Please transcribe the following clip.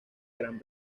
gran